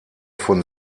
von